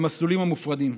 המסלולים המופרדים,